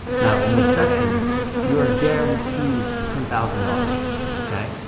now in this section you are guaranteed ten thousand dollars okay.